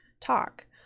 talk